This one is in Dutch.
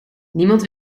niemand